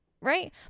Right